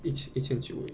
一一千九而已